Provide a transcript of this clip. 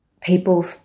people